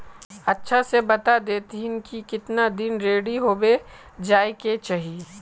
अच्छा से बता देतहिन की कीतना दिन रेडी होबे जाय के चही?